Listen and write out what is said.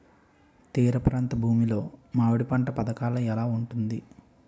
తీర ప్రాంత భూమి లో మామిడి పంట పథకాల ఎలా ఉంటుంది?